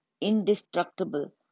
indestructible